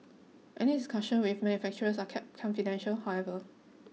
any discussions with manufacturers are kept confidential however